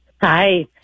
Hi